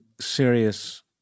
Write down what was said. serious